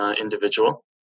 individual